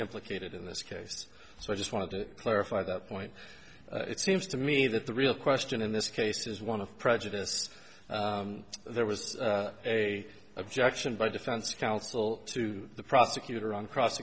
implicated in this case so i just wanted to clarify that point it seems to me that the real question in this case is one of prejudice there was a objection by defense counsel to the prosecutor on cross